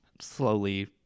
slowly